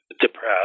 depressed